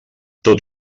tot